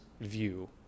view